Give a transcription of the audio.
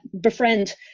befriend